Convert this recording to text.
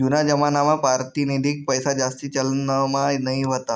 जूना जमानामा पारतिनिधिक पैसाजास्ती चलनमा नयी व्हता